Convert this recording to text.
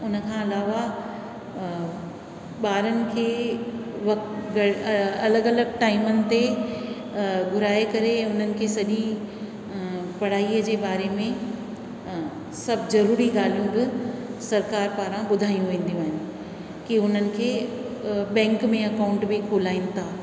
उन खां अलावा ॿारनि खे व अलॻि अलॻि टाइमुनि ते घुराए करे उन्हनि जी सॼी पढ़ाईअ जे बारे में सभु ज़रूरी ॻाल्हियूं बि सरकारु पारां ॿुधायूं वेंदियूं आहिनि की उन्हनि खे बैंक में अकाउंट बि खोलाइनि था